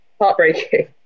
heartbreaking